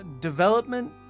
development